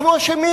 אנחנו אשמים,